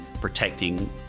protecting